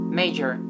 major